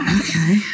Okay